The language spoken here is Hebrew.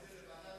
לוועדת